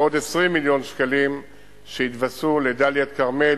ועוד 20 מיליון שקלים שהתווספו לדאלית-אל-כרמל,